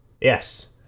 Yes